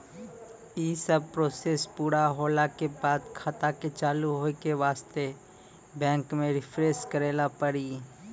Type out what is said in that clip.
यी सब प्रोसेस पुरा होला के बाद खाता के चालू हो के वास्ते बैंक मे रिफ्रेश करैला पड़ी?